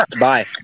Bye